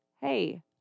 hey